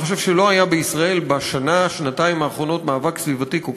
אני חושב שלא היה בישראל בשנה-שנתיים האחרונות מאבק סביבתי כל